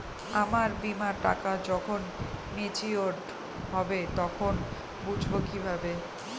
আমার বীমার টাকা যখন মেচিওড হবে তখন বুঝবো কিভাবে?